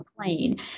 plane